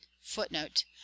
footnote